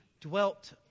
dwelt